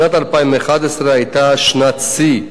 שנת 2011 היתה שנת שיא,